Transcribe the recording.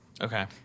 Okay